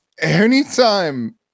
anytime